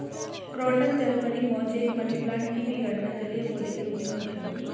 croton जलपरी, mosaic, money plant की भी गणना जलीय पौधे के रूप में होती है